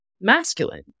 masculine